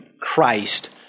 Christ